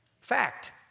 Fact